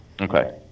okay